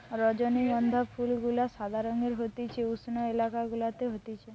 রজনীগন্ধা ফুল গুলা সাদা রঙের হতিছে উষ্ণ এলাকা গুলাতে হতিছে